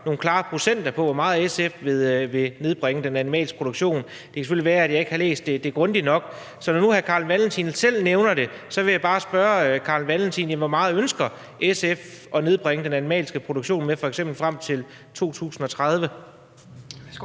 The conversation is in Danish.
nogle klare procenter på, hvor meget SF vil nedbringe den animalske produktion. Det kan selvfølgelig være, at jeg ikke har læst det grundigt nok. Men når nu hr. Carl Valentin selv nævner det, vil jeg bare spørge: Hvor meget ønsker SF at nedbringe den animalske produktion f.eks. frem til 2030?